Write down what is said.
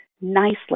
nicely